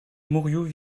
mourioux